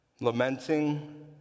Lamenting